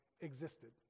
existed